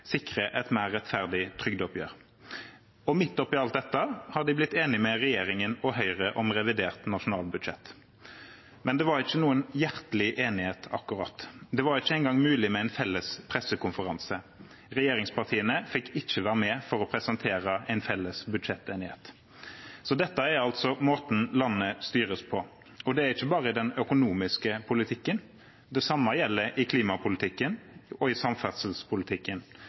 et mer rettferdig trygdeoppgjør. Midt oppi alt dette har de blitt enige med regjeringen og Høyre om revidert nasjonalbudsjett. Det var ikke noen hjertelig enighet, akkurat. Det var ikke engang mulig med en felles pressekonferanse. Regjeringspartiene fikk ikke være med for å presentere en felles budsjettenighet. Dette er altså måten landet styres på, og det er ikke bare i den økonomiske politikken. Det samme gjelder i klimapolitikken og i samferdselspolitikken.